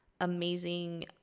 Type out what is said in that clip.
amazing